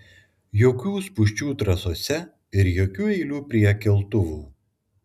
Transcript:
jokių spūsčių trasose ir jokių eilių prie keltuvų